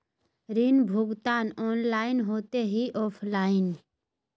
ऋण भुगतान ऑनलाइन होते की ऑफलाइन?